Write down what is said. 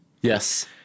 Yes